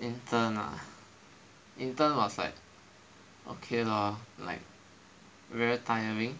intern ah intern was like ok lor like very tiring